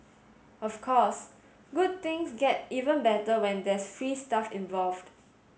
of course good things get even better when there is free stuff involved